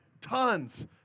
tons